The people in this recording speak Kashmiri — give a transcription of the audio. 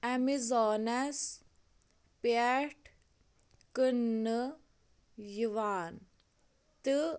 ایٚمیزانس پٮ۪ٹھ کنٛنہٕ یِوان تہٕ